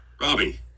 Robbie